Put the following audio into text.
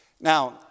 Now